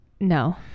No